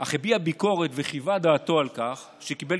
אך הביע ביקורת וחיווה דעתו על כך שקיבל